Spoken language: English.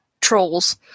trolls